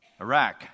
Iraq